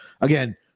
again